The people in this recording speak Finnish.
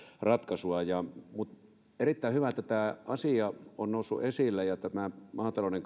ratkaisua mutta on erittäin hyvä että tämä asia on noussut esille tämä maatalouden